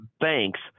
banks